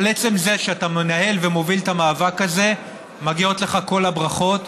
על עצם זה שאתה מנהל ומוביל את המאבק הזה מגיעות לך כל הברכות.